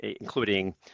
including